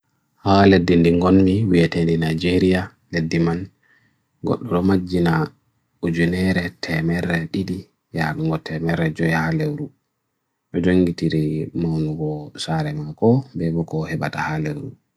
Laawol ngal njahi ko ɗiɗi foore, suufere ɓe njoɓa. Climate change heɓi suufere toɓe e saareje kanko so ndiyanji jooɗi.